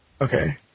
Okay